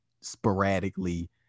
sporadically